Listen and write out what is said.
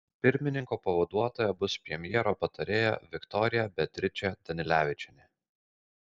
pirmininko pavaduotoja bus premjero patarėja viktorija beatričė danilevičienė